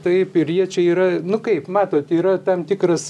taip ir jie čia yra nu kaip matot yra tam tikras